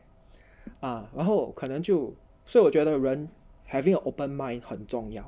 ah 然后可能就所以我觉得人 having an open mind 很重要